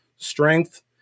strength